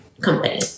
company